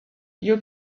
you